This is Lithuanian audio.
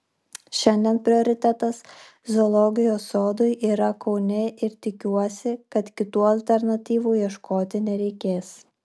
šiandien prioritetas zoologijos sodui yra kaune ir tikiuosi kad kitų alternatyvų ieškoti nereikės